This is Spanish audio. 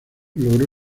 logró